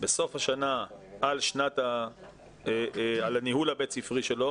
בסוף השנה על הניהול הבית ספרי שלו.